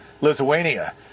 Lithuania